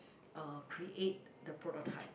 uh create the prototype